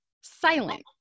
silent